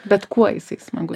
bet kuo jisai smagus